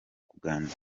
kuganira